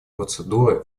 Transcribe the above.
процедуры